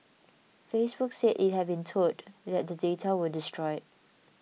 Facebook said it had been told that the data were destroyed